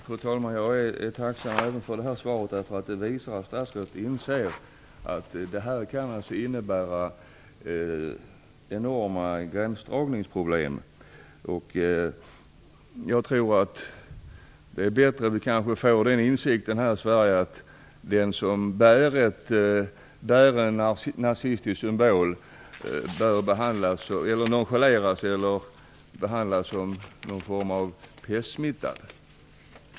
Fru talman! Jag är tacksam även för det här svaret. Det visar att statsrådet inser att detta kan innebära enorma gränsdragningsproblem. Jag tror att det är bättre att vi får den insikten här i Sverige att den som bär en nazistisk symbol bör nonchaleras eller behandlas som pestsmittad.